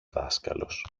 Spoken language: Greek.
δάσκαλος